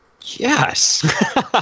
Yes